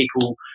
people